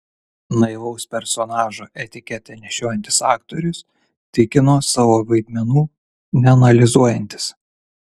naivaus personažo etiketę nešiojantis aktorius tikino savo vaidmenų neanalizuojantis